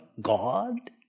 God